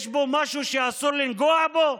יש פה משהו שאסור לנגוע בו,